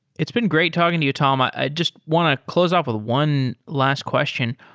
it's been great talking to you, tom. i i just want to close off with one last question.